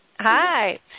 Hi